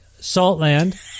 Saltland